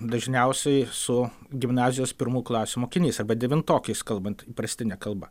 dažniausiai su gimnazijos pirmų klasių mokiniais arba devintokais kalbant įprastine kalba